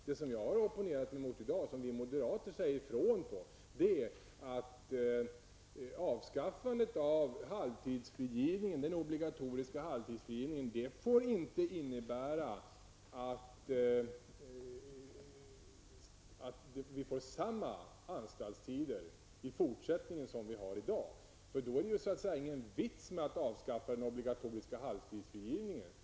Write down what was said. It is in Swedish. Det som jag har opponerat mig mot i dag och som vi moderater säger ifrån om är att avskaffandet av den obligatoriska halvtidsfrigivningen skulle innebära att vi får samma anstaltstider i fortsättningen som vi har i dag. Då är det ju inte någon vits med att avskaffa den obligatoriska halvtidsfrigivningen.